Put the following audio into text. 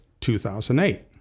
2008